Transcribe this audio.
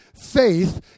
faith